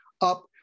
up